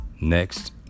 next